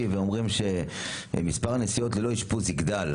שאומרים שמספר הנסיעות ללא אשפוז יגדל.